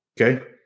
Okay